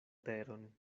teron